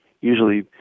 usually